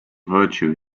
virtue